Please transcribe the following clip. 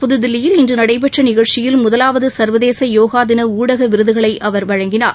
புதுதில்லியில் இன்று நடைபெற்ற நிகழ்ச்சியில் முதலாவது சர்வதேச யோக தின ஊடக விருதுகளை அவர் வழங்கினார்